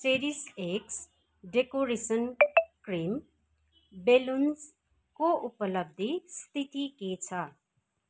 cherries ex decoration cream बेलुन्सको उपलब्धि स्थिति के छ